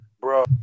Bro